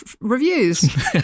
reviews